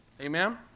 Amen